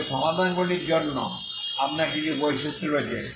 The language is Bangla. তবে সমাধানগুলির জন্য আপনার কিছু বৈশিষ্ট্য রয়েছে